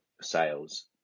sales